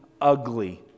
ugly